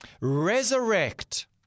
Resurrect